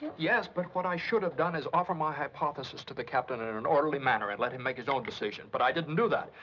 yes, but what i should have done is offer my hypothesis to the captain and in an orderly manner. and let him make his own decision, but i didn't do that.